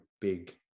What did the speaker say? big